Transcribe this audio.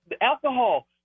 alcohol